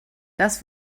das